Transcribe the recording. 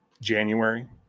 January